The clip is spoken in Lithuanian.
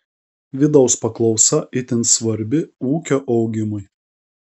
vidaus paklausa itin svarbi ūkio augimui